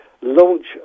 launch